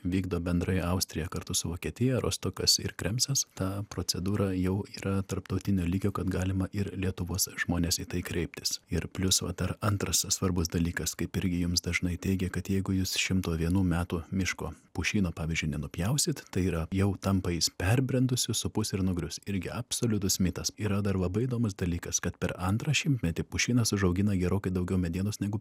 vykdo bendrai austrija kartu su vokietija rostokas ir kremcas ta procedūra jau yra tarptautinio lygio kad galima ir lietuvos žmonės į tai kreiptis ir plius vat ar antras svarbus dalykas kaip irgi jums dažnai teigia kad jeigu jūs šimto vienų metų miško pušyno pavyzdžiui nupjausit tai yra jau tampa jis perbrendusiu supus ir nugrius irgi absoliutus mitas yra dar labai įdomus dalykas kad per antrą šimtmetį pušynas užaugina gerokai daugiau medienos negu